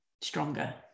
stronger